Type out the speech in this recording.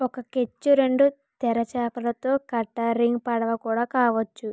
ఒక కెచ్ రెండు తెరచాపలతో కట్టర్ రిగ్ పడవ కూడా కావచ్చు